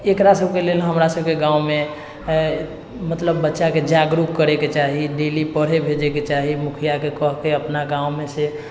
एकरा सबके लेल हमरा सबके गाँवमे मतलब बच्चाके जागरूक करैके चाही डेली पढ़ै भेजैके चाही मुखियाके कहिकऽ अपना गाँवमे